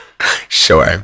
sure